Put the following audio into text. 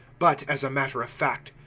but, as a matter of fact,